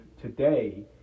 today